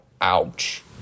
Ouch